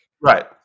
Right